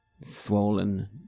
swollen